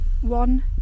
One